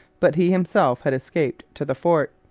but he himself had escaped to the fort.